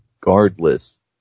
regardless